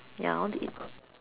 ya I want to eat